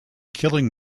killing